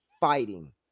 fighting